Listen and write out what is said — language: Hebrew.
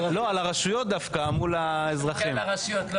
מה שהביא מהכנסת הקודמת גדעון סער.